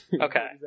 Okay